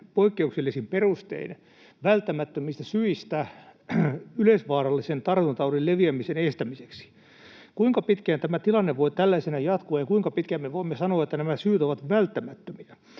poikkeuksellisin perustein välttämättömistä syistä yleisvaarallisen tartuntataudin leviämisen estämiseksi. Kuinka pitkään tämä tilanne voi tällaisena jatkua, ja kuinka pitkään me voimme sanoa, että nämä syyt ovat välttämättömiä?